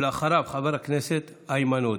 אחריו, חבר הכנסת איימן עודה.